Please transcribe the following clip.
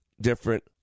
different